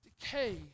decay